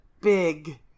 big